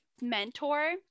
mentor